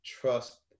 trust